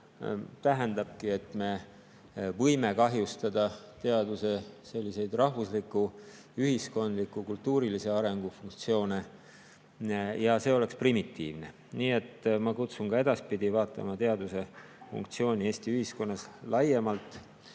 tähendabki, et me võime kahjustada teaduse selliseid rahvusliku, ühiskondliku, kultuurilise arengu funktsioone. Ja see oleks primitiivne. Nii et ma kutsun üles ka edaspidi vaatama teaduse funktsiooni Eesti ühiskonnas laiemalt.